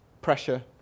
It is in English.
pressure